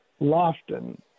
lofton